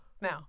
now